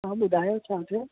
हा ॿुधायो छा थियो